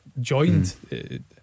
joined